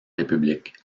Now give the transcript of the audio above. république